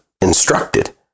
instructed